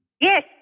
Yes